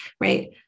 right